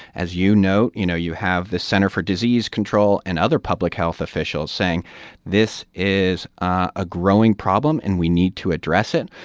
as you know, you know, you have the center for disease control and other public health officials saying this is a growing problem and we need to address it,